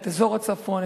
את אזור הצפון,